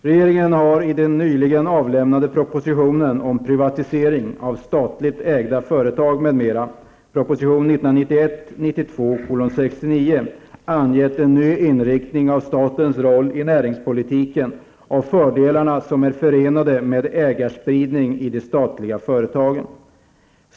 Regeringen har i den nyligen avlämnade propositionen om privatisering av statligt ägda företag, m.m. angett en ny inriktning av statens roll i näringspolitiken och fördelarna som är förenade med ägarspridning i de statliga företagen.